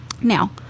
Now